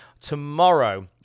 tomorrow